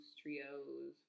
trios